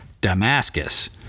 Damascus